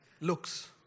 looks